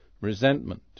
resentment